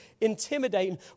intimidating